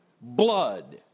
blood